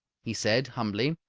he said, humbly.